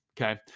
Okay